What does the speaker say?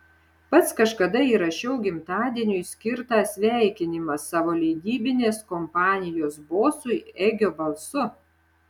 pats kažkada įrašiau gimtadieniui skirtą sveikinimą savo leidybinės kompanijos bosui egio balsu